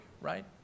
right